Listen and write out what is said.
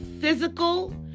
physical